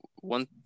one